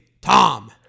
Tom